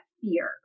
fear